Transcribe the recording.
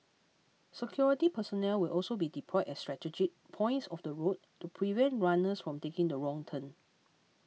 security personnel will also be deployed at strategic points of the route to prevent runners from taking the wrong turn